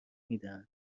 میدن